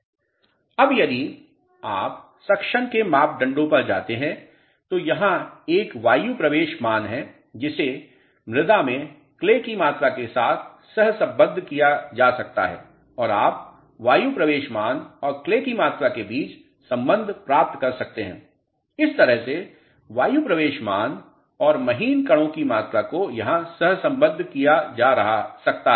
अब यदि आप सक्शन के मापदंडों पर जाते हैं तो यहाँ एक वायु प्रवेश मान है जिसे मृदा में क्ले की मात्रा के साथ सहसंबद्ध किया जा सकता है और आप वायु प्रवेश मान और क्ले की मात्रा के बीच संबंध प्राप्त कर सकते हैं इस तरह से वायु प्रवेश मान और महीन कणों की मात्रा को यहाँ सहसंबद्ध किया जा सकता है